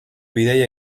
bidaia